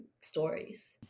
stories